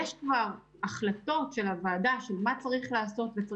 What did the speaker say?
יש כבר החלטות של הוועדה לגבי מה שצריך לעשות ואכן